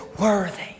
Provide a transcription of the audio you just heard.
worthy